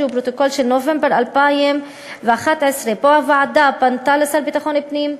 פרוטוקול מנובמבר 2011. פה הוועדה פנתה לשר לביטחון פנים,